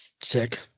Sick